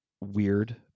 weird